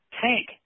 tank